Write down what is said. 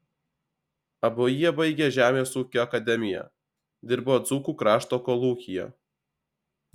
abu jie baigę žemės ūkio akademiją dirbo dzūkų krašto kolūkyje